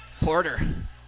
Porter